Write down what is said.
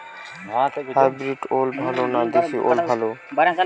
Hybrid ওল ভালো না দেশী ওল ভাল?